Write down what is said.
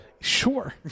Sure